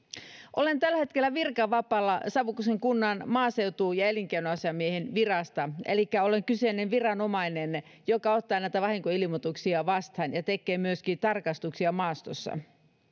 olen tällä hetkellä virkavapaalla savukosken kunnan maaseutu ja elinkeinoasiamiehen virasta elikkä olen kyseinen viranomainen joka ottaa näitä vahinkoilmoituksia vastaan ja tekee myöskin tarkastuksia maastossa